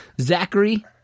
Zachary